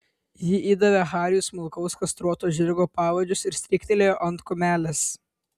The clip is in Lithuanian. ji įdavė hariui smulkaus kastruoto žirgo pavadžius ir stryktelėjo ant kumelės